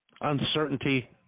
Uncertainty